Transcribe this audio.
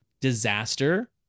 disaster